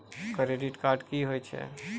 Credit score की होय छै?